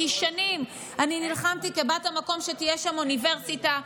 כי שנים אני נלחמתי כבת המקום שתהיה שם אוניברסיטה.